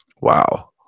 Wow